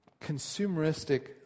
consumeristic